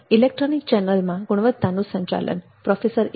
electric ચેનલમાં ગુણવત્તાનું સંચાલન પ્રોફેસર એ